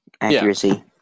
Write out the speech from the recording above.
accuracy